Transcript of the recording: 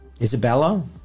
Isabella